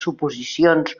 suposicions